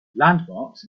landmarks